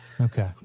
Okay